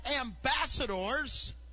ambassadors